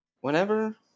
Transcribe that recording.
whenever